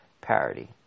parity